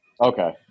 Okay